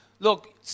Look